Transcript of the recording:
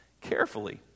carefully